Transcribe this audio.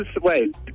Wait